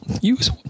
use